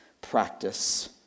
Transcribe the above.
practice